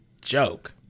joke